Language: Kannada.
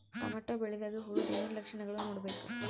ಟೊಮೇಟೊ ಬೆಳಿದಾಗ್ ಹುಳದ ಏನ್ ಲಕ್ಷಣಗಳು ನೋಡ್ಬೇಕು?